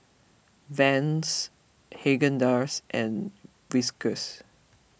Vans Haagen Dazs and Whiskas